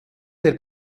der